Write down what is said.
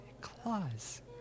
claws